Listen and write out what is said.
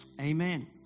Amen